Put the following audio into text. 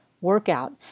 workout